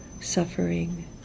suffering